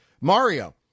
Mario